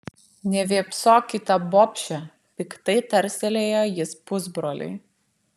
nevėpsok į tą bobšę piktai tarstelėjo jis pusbroliui